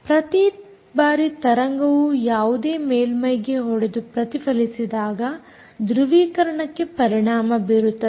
ಪ್ರತಿ ಬಾರಿ ತರಂಗವು ಯಾವುದೇ ಮೇಲ್ಮೈಗೆ ಹೊಡೆದು ಪ್ರತಿಫಲಿಸಿದಾಗ ಧೃವೀಕರಣಕ್ಕೆ ಪರಿಣಾಮ ಬೀರುತ್ತದೆ